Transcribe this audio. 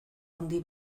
handi